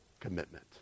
commitment